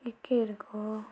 निकैहरूको